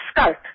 scope